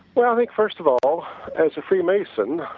well i think first of all as a free mason,